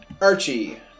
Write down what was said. Archie